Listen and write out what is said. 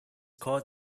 called